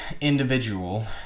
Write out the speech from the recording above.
individual